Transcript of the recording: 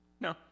No